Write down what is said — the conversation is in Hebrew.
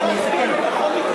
אני אחכה.